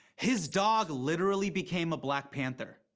his dog literally became a black panther.